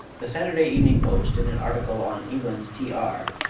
the saturday evening post in an article on england's t r.